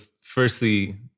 firstly